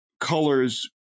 colors